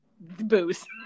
booze